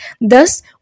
Thus